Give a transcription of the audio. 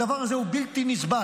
הדבר הזה הוא בלתי נסבל.